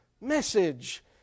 message